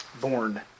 born